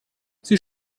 sie